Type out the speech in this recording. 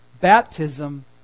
baptism